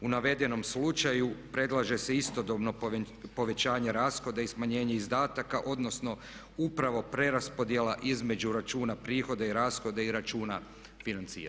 U navedenom slučaju predlaže se istodobno povećanje rashoda i smanjenje izdataka odnosno upravo preraspodjela između računa prihoda i rashoda i računa financiranja.